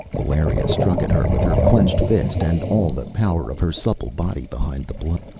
valeria struck at her with her clenched fist, and all the power of her supple body behind the blow.